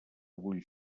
vull